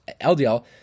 LDL